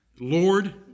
Lord